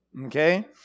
Okay